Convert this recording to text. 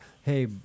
Hey